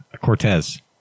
Cortez